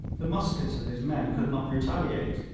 the muskets of his men could not retaliate,